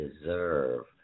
deserve